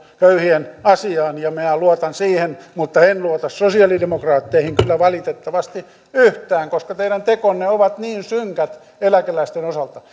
köyhien asioihin ja minä luotan siihen mutta en luota sosiaalidemokraatteihin kyllä valitettavasti yhtään koska teidän tekonne ovat niin synkät eläkeläisten osalta